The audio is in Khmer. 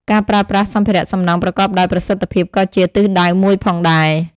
ការប្រើប្រាស់សម្ភារៈសំណង់ប្រកបដោយប្រសិទ្ធភាពក៏ជាទិសដៅមួយផងដែរ។